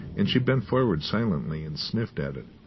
and she bent forward silently and sniffed at it.